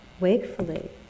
wakefully